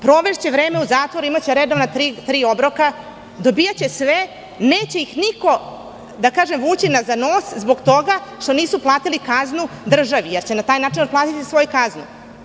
Provešće vreme u zatvoru, imaće redovna tri obroka, dobijaće sve, neće ih niko vući za nos zbog toga što nisu platili kaznu državi, jer će na tajnačin otplatiti svoju kaznu.